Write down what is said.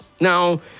Now